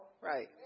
Right